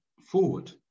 forward